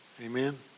Amen